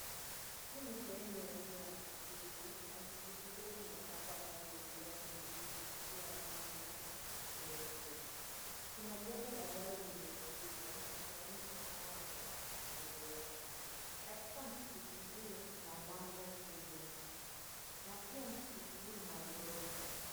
Hii ni sehemu ya nje ya msikiti na msikiti huu umepakwa rangi ya kijani kibichi na pia rangi ya nyeupe. Kuna gari ambalo limeegeshwa na kuna mtu anayeonekana akitembea. Katika msikiti huu kuna lango kubwa na pia msikiti huu ni wa ghorofa.